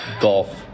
golf